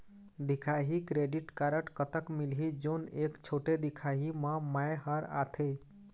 दिखाही credit card कतक मिलही जोन एक छोटे दिखाही म मैं हर आथे?